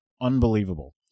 unbelievable